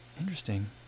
Interesting